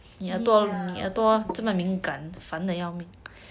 你 ah 我告诉你 right